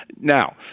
Now